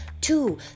two